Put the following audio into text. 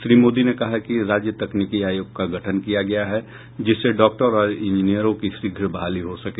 श्री मोदी ने कहा कि राज्य तकनीकी आयोग का गठन किया गया है जिससे डॉक्टर और इंजीनियरों की शीघ्र बहाली हो सके